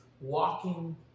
walking